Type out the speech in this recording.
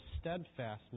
steadfastness